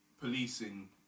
policing